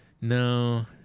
No